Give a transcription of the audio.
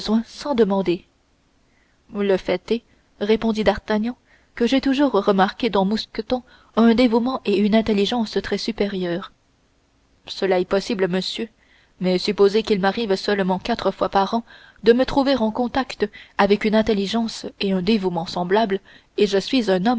sans demander le fait est répondit d'artagnan que j'ai toujours remarqué dans mousqueton un dévouement et une intelligence très supérieurs cela est possible monsieur mais supposez qu'il m'arrive seulement quatre fois par an de me trouver en contact avec une intelligence et un dévouement semblables et je suis un homme